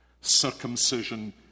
Circumcision